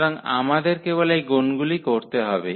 সুতরাং আমাদের কেবল এই গুণগুলি করতে হবে